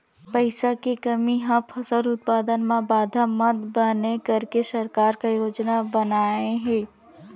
पईसा के कमी हा फसल उत्पादन मा बाधा मत बनाए करके सरकार का योजना बनाए हे?